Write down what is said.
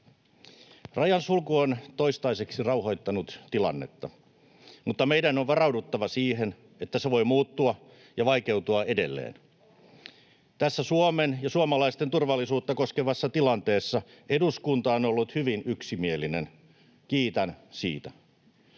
Rajan sulku on toistaiseksi rauhoittanut tilannetta, mutta meidän on varauduttava siihen, että se voi muuttua ja vaikeutua edelleen. Tässä Suomen ja suomalaisten turvallisuutta koskevassa tilanteessa eduskunta on ollut hyvin yksimielinen, kiitän siitä.